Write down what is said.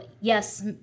yes